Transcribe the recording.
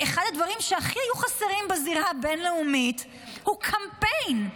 אחד הדברים שהיו הכי חסרים בזירה הבין-לאומית הוא קמפיין.